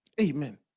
Amen